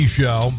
show